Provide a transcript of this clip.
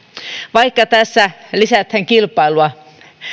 vaikka tässä lisätään kilpailua